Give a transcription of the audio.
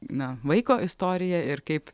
na vaiko istorija ir kaip